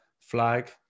flag